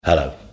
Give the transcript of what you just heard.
Hello